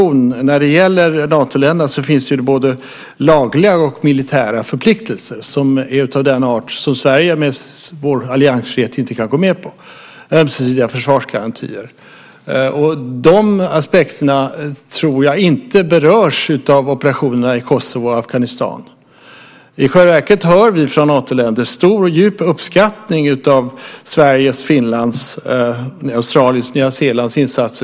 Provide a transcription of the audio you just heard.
Men när det gäller Natoländerna finns det både lagliga och militära förpliktelser som är av den art som Sverige med dess alliansfrihet inte kan gå med på. Det gäller ömsesidiga försvarsgarantier. De aspekterna tror jag inte berörs av operationerna i Kosovo och Afghanistan. I själva verket hör vi från Natoländer stor och djup uppskattning av Sveriges, Finlands och Nya Zeelands insatser.